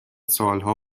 سالها